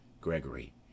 Gregory